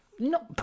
No